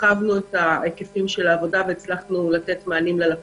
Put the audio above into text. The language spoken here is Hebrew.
הרחבנו את היקפי העבודה והצלחנו לתת מענים ללקוחות.